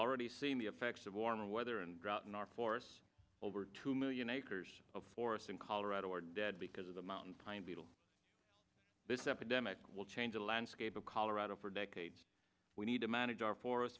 already seen the effects of warmer weather and drought in our force over two million acres of forest in colorado are dead because of the mountain pine beetle this epidemic will change the landscape of colorado for decades we need to manage our for